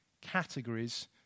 categories